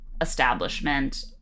establishment